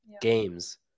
games